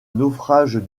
naufrage